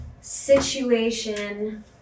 situation